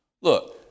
Look